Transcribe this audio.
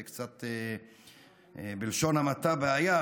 זה בלשון המעטה קצת בעיה,